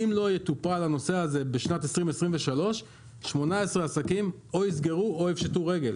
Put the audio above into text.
אם לא יטופל הנושא הזה בשנת 2023 18 עסקים או יסגרו או יפשטו רגל.